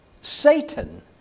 Satan